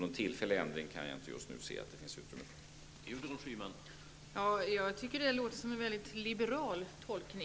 Någon tillfällig ändring av den kan jag inte se att det just nu finns utrymme för.